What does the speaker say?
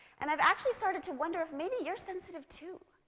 and i've actually started to wonder if maybe you're sensitive, too.